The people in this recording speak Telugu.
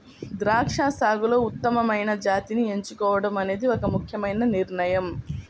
ద్రాక్ష సాగులో ఉత్తమమైన జాతిని ఎంచుకోవడం అనేది ఒక ముఖ్యమైన నిర్ణయం